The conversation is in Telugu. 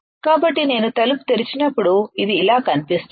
కాబట్టి నేను తలుపు తెరిచినప్పుడు ఇది ఇలా కనిపిస్తుంది